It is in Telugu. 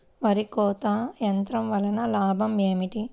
వరి కోత యంత్రం వలన లాభం ఏమిటి?